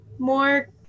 more